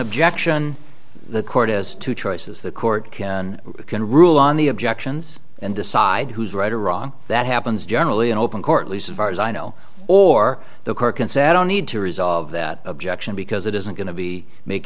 objection the court has two choices the court can rule on the objections and decide who's right or wrong that happens generally in open court least as far as i know or the cork and sat on need to resolve that objection because it isn't going to be make